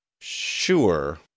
Sure